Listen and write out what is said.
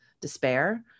despair